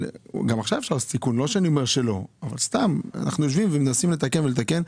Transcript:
אנחנו יושבים ומנסים לתקן.